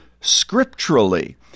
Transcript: scripturally